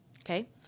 Okay